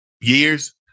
years